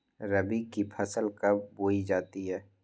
रबी की फसल कब बोई जाती है?